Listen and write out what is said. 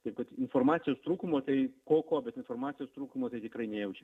taip kad informacijos trūkumo tai ko ko bet informacijos trūkumo tai tikrai nejaučia